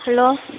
hello